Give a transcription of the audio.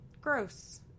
Gross